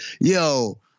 yo